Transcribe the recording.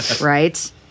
Right